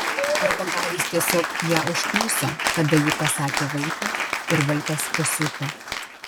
arba gal jis tiesiog ją užkniso tada ji pasakė vaitui ir vaitas pasiuto